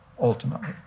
ultimately